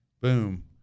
boom